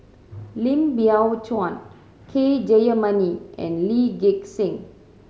Lim Biow Chuan K Jayamani and Lee Gek Seng